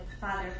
father